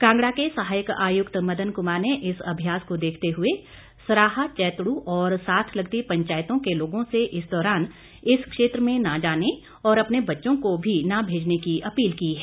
कांगड़ा के सहायक आयुक्त मदन कुमार ने इस अभ्यास को देखते हुए सराह चैतडू और साथ लगती पंचायतों के लोगों से इस दौरान इस क्षेत्र में न जाने और अपने बच्चों को भी न भेजने की अपील की है